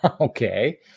Okay